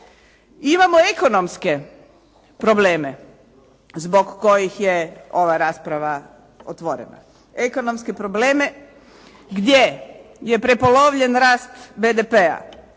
Imamo ekonomske probleme zbog kojih je ova rasprava otvorena. Ekonomske probleme gdje je prepolovljen rast BDP-a,